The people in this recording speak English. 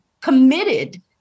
committed